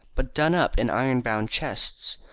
but done up in iron-bound chests.